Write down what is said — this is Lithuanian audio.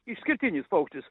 išskirtinis paukštis